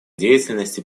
деятельности